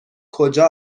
کجا